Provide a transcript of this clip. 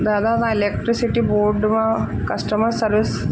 दादा तव्हां electricity board मां कस्टमर सर्विस